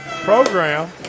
program